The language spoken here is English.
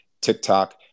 TikTok